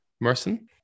Merson